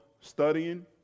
studying